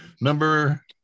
Number